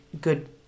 good